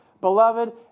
Beloved